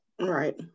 Right